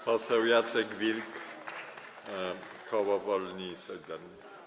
Poseł Jacek Wilk, koło Wolni i Solidarni.